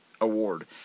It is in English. Award